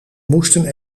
moesten